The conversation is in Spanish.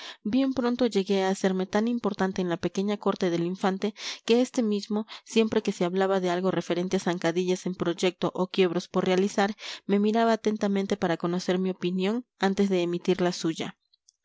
bien pronto llegué a hacerme tan importante en la pequeña corte del infante que este mismo siempre que se hablaba de algo referente a zancadillas en proyecto o quiebros por realizar me miraba atentamente para conocer mi opinión antes de emitir la suya